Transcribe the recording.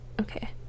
okay